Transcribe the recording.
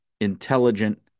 intelligent